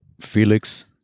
Felix